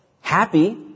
happy